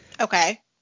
Okay